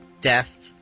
death